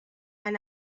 and